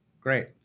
Great